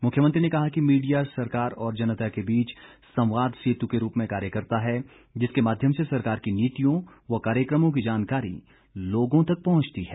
मुख्यमंत्री ने कहा कि मीडिया सरकार और जनता के बीच संवाद सेतु के रूप में कार्य करता है जिसके माध्यम से सरकार की नीतियों व कार्यक्रमों की जानकारी लोगों तक पहुंचती है